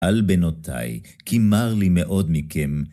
על בנותיי, כי מר לי מאוד מכם.